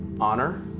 honor